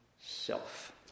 self